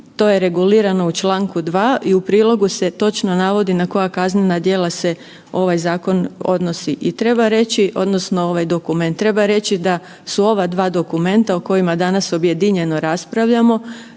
to je regulirano u čl. 2. i u prilogu se točno navodi na koja kaznena djela se ovaj dokument odnosi. Treba reći da su ova dva dokumenta o kojima danas objedinjeno raspravljamo